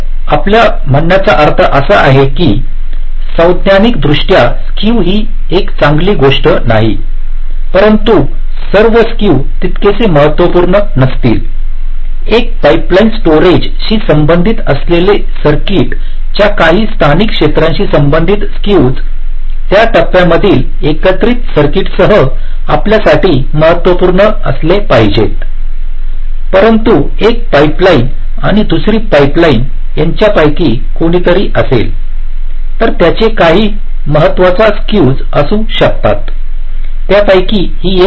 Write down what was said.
तर आपल्या म्हणण्याचा अर्थ असा आहे की सैद्धांतिकदृष्ट्या स्क्यू ही एक चांगली गोष्ट नाही परंतु सर्व स्क्यू तितकेसे महत्त्वपूर्ण नसतील एक पाइपलाइन स्टोरेज शी संबंधित असलेल्या सर्किटच्या काही स्थानिक क्षेत्राशी संबंधित स्क्यूज त्या टप्प्यांमधील एकत्रित सर्किट सह आपल्यासाठी महत्त्वपूर्ण असले पाहिजेत परंतु एक पाइपलाइन आणि दुसरी पाइपलाइन यांच्यापैकी कोणीतरी असेल तर त्यांचे काही महत्त्वाचा स्क्यूज असू शकते त्यापैकी ही एक समस्या होणार नाही